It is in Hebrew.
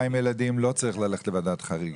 עם ילדים לא צריך ללכת לוועדת חריגים,